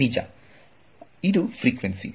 ನಿಜ ಇದು ಫ್ರಿಕ್ವೆನ್ಸಿ